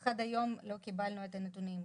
אך עד היום לא קיבלנו את הנתונים.